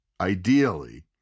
ideally